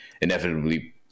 inevitably